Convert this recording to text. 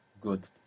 Good